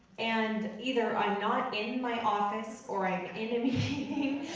and either i'm not in my office, or i'm in a meeting,